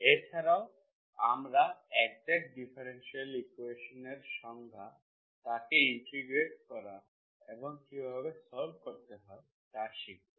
এছাড়াও আমরা exact differential ইকুয়েশনের সংজ্ঞা তাকে ইন্টিগ্রেট করা এবং কিভাবে সল্ভ করতে হয় তা শিখব